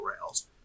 rails